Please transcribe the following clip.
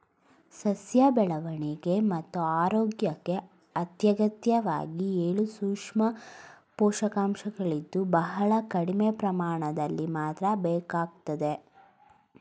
ಸಸ್ಯ ಬೆಳವಣಿಗೆ ಮತ್ತು ಆರೋಗ್ಯಕ್ಕೆ ಅತ್ಯಗತ್ಯವಾಗಿ ಏಳು ಸೂಕ್ಷ್ಮ ಪೋಷಕಾಂಶಗಳಿದ್ದು ಬಹಳ ಕಡಿಮೆ ಪ್ರಮಾಣದಲ್ಲಿ ಮಾತ್ರ ಬೇಕಾಗ್ತದೆ